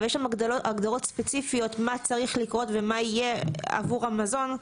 אבל יש שם הגדרות ספציפיות מה צריך לקרות ומה יהיה עבור המזון.